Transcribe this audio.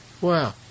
wow